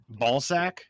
Ballsack